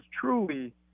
truly